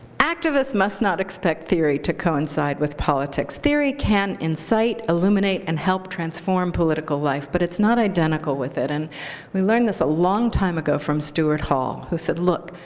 activists must not expect theory to coincide with politics. theory can incite, illuminate, and help transform political life, but it's not identical with it. and we learned this a long time ago from stuart hall, who said, look,